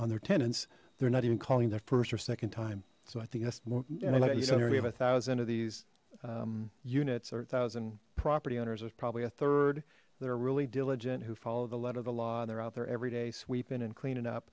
on their tenants they're not even calling their first or second time so i think that's more we have a thousand of these units or a thousand property owners there's probably a third that are really diligent who follow the letter of the law and they're out there every day sweeping and cleaning up